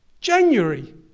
january